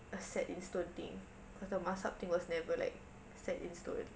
a set in stone thing cause the mazhab thing was never like set in stone